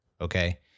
Okay